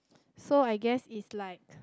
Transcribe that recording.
so I guess is like